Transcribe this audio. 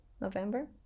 november